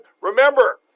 Remember